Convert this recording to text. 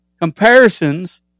comparisons